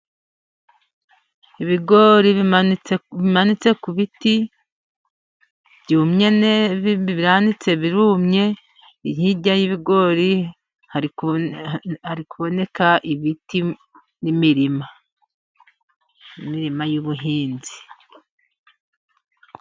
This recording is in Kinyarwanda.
Ibigori bimanitse ku biti byumye, byanitse birumye, hirya y'ibigori hari kuboneka ibiti n'imirima n'imirima y'ubuhinzi.